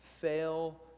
fail